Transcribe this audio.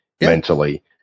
mentally